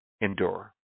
Endure